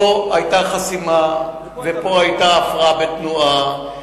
פה היתה חסימה ופה היתה הפרעה בתנועה.